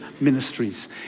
ministries